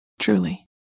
Truly